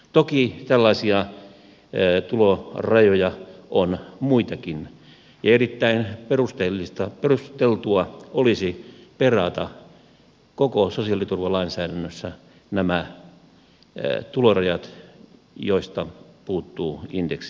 toki tällaisia tulorajoja on muitakin ja erittäin perusteltua olisi perata koko sosiaaliturvalainsäädännössä nämä tulorajat joista puuttuu indeksisidonnaisuus